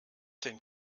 denn